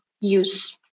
use